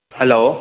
hello